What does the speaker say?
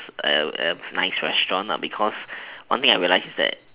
nice restaurant because one thing I realized is that